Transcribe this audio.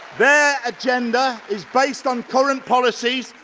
their agenda is based on current policies,